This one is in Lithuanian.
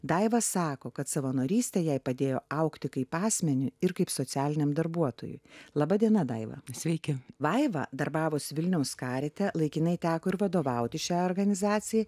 daiva sako kad savanorystė jai padėjo augti kaip asmeniui ir kaip socialiniam darbuotojui laba diena daiva sveiki vaiva darbavosi vilniaus karite laikinai teko ir vadovauti šiai organizacijai